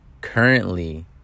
currently